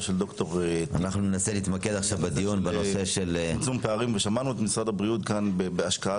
של ד"ר טיבי בנושא של צמצום פערים ושמענו את משרד הבריאות כאן בהשקעה